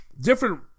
different